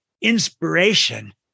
inspiration